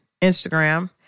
Instagram